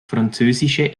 französische